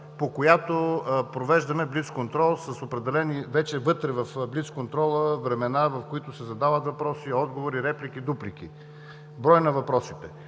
по която провеждаме блицконтрол с определени вътре в блицконтрола времена, в които се задават въпроси, отговори, реплики, дуплики, брой на въпросите.